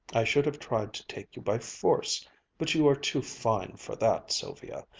i should have tried to take you by force but you are too fine for that, sylvia!